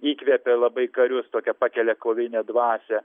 įkvėpė labai karius tokia pakelia kovinę dvasią